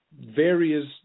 various